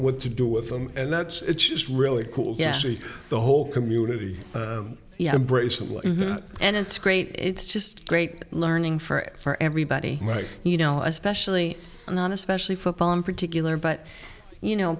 what to do with them and that's just really cool yesterday the whole community braces and it's great it's just great learning for for everybody right you know especially not especially football in particular but you know